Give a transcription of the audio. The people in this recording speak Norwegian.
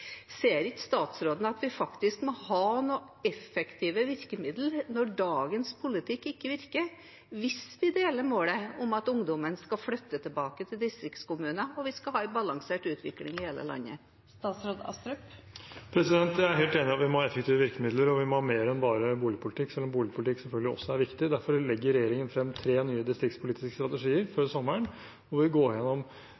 Ser ikke statsråden at vi faktisk må ha noen effektive virkemidler når dagens politikk ikke virker, hvis vi deler målet om at ungdommen skal flytte tilbake til distriktskommunene og vi skal ha en balansert utvikling i hele landet? Jeg er helt enig i at vi må ha effektive virkemidler, og vi må ha mer enn bare boligpolitikk, selv om boligpolitikk selvfølgelig også er viktig. Derfor legger regjeringen frem tre nye distriktspolitiske strategier før